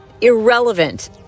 irrelevant